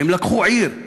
הם לקחו עיר,